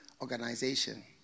organization